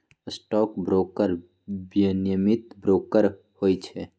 stock broker विनियमित broker होइ छइ